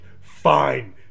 Fine